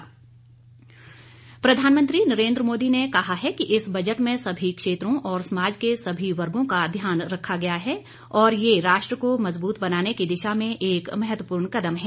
प्रधानमंत्री प्रधानमंत्री नरेंद्र मोदी ने कहा है कि इस बजट में सभी क्षेत्रों और समाज के सभी वर्गों का ध्यान रखा गया है और यह राष्ट्र को मजबूत बनाने की दिशा में एक महत्वपूर्ण कदम है